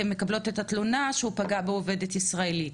אתם מקבלות את התלונה שהוא פגע בעובדת ישראלית